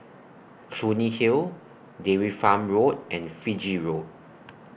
Clunny Hill Dairy Farm Road and Fiji Road